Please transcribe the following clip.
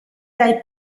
dai